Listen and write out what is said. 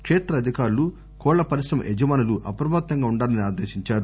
కేత్ర అధికారులు కోళ్ళ పరిశ్రమ యజమానులు అప్రమత్తంగా ఉండాలని ఆదేశించారు